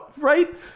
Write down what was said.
Right